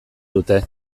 dute